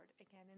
Again